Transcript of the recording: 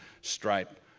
stripe